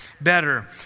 better